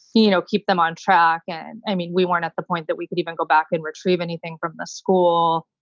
you know, keep them on track. and, i mean, we weren't at the point that we could even go back and retrieve anything from the school.